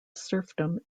serfdom